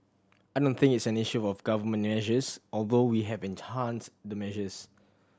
I don't think it's an issue of Government measures although we have enhanced the measures